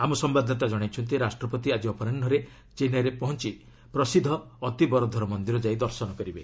ଆମ ସମ୍ଭାଦଦାତା ଜଣାଇଛନ୍ତି ରାଷ୍ଟ୍ରପତି ଆଜି ଅପରାହୁରେ ଚେନ୍ନାଇରେ ପହଞ୍ଚ ପ୍ରସିଦ୍ଧ ଅତିବରଧର ମନ୍ଦିର ଯାଇ ଦର୍ଶନ କରିବେ